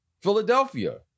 Philadelphia